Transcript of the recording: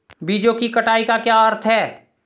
बीजों की कटाई का क्या अर्थ है?